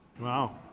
Wow